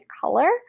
color